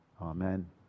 amen